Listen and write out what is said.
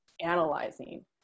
analyzing